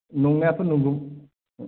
नंनायाथ' नंगौ